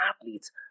athletes